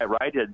right